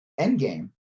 Endgame